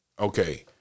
okay